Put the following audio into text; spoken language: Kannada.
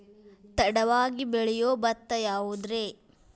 ತಡವಾಗಿ ಬೆಳಿಯೊ ಭತ್ತ ಯಾವುದ್ರೇ?